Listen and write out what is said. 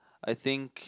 I think